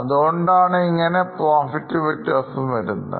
അതുകൊണ്ടാണ് profits ൽ വ്യത്യാസം വരുന്നത്